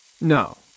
No